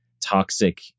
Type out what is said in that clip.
toxic